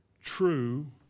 true